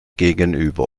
gegenüber